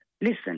listen